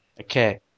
Okay